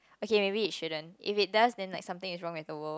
okay maybe it shouldn't if it does then like something is wrong with the world